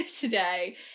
today